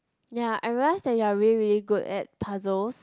ya I realise that you are really really good at puzzles